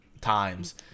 times